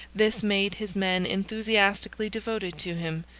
this made his men enthusiastically devoted to him,